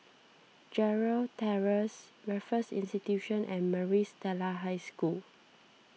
Gerald Terrace Raffles Institution and Maris Stella High School